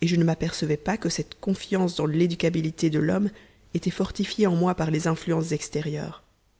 et je ne m'apercevais pas que cette confiance dans l'éducatibilité de l'homme était fortifiée en moi par les influences extérieures